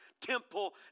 temple